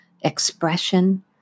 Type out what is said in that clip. expression